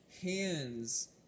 hands